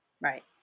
Right